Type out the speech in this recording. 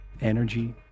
energy